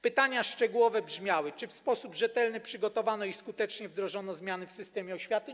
Pytania szczegółowe brzmiały: Czy w sposób rzetelny przygotowano i skutecznie wdrożono zmiany w systemie oświaty?